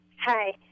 Hi